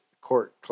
court